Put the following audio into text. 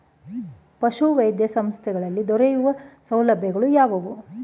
ಪಶುವೈದ್ಯ ಸಂಸ್ಥೆಗಳಲ್ಲಿ ದೊರೆಯುವ ಸೌಲಭ್ಯಗಳು ಯಾವುವು?